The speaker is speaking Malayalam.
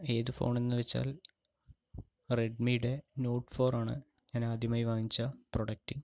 ഏത് ഫോണെന്നു വെച്ചാൽ റെഡ്മിയുടെ നോട്ട് ഫോറാണ് ഞാൻ ആദ്യമായി വാങ്ങിച്ച പ്രോഡക്റ്റ്